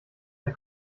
ein